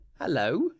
Hello